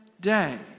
day